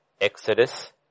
Exodus